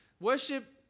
Worship